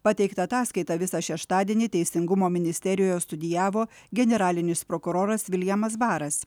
pateiktą ataskaitą visą šeštadienį teisingumo ministerijoje studijavo generalinis prokuroras viljamas baras